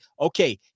okay